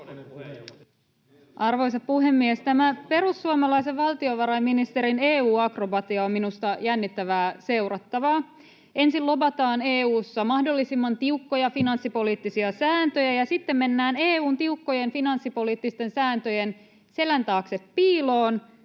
Arvoisa puhemies! Tämä perussuomalaisen valtiovarainministerin EU-akrobatia on minusta jännittävää seurattavaa: ensin lobataan EU:ssa mahdollisimman tiukkoja finanssipoliittisia sääntöjä, ja sitten mennään EU:n tiukkojen finanssipoliittisten sääntöjen selän taakse piiloon,